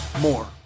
more